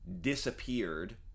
disappeared